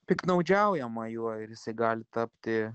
piktnaudžiaujama juo ir jisai gali tapti